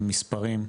עם מספרים,